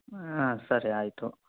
ಹಾಂ ಸರಿ ಆಯಿತು